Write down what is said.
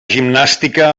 gimnàstica